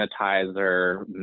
sanitizer